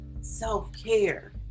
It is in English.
self-care